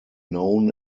known